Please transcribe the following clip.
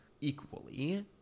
equally